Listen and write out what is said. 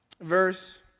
verse